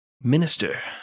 minister